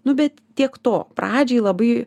nu bet tiek to pradžiai labai